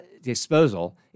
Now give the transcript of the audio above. disposal